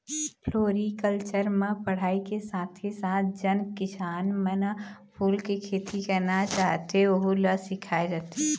floriculture म पढ़ाई के साथे साथ जेन किसान मन ह फूल के खेती करना चाहथे वहूँ ल सिखाए जाथे